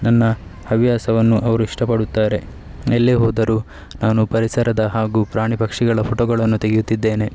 ನನ್ನ ಹವ್ಯಾಸವನ್ನು ಅವರು ಇಷ್ಟಪಡುತ್ತಾರೆ ಎಲ್ಲೇ ಹೋದರೂ ನಾನು ಪರಿಸರದ ಹಾಗೂ ಪ್ರಾಣಿ ಪಕ್ಷಿಗಳ ಫೋಟೋಗಳನ್ನು ತೆಗೆಯುತ್ತಿದ್ದೇನೆ